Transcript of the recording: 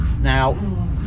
now